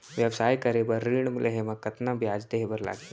व्यवसाय करे बर ऋण लेहे म कतना ब्याज देहे बर लागही?